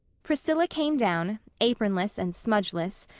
priscilla came down, apronless and smudgeless,